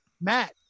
Matt